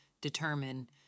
determine